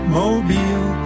mobile